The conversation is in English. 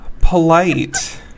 polite